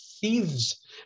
thieves